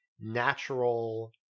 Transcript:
natural